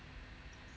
mm